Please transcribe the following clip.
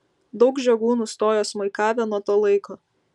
daug žiogų nustojo smuikavę nuo to laiko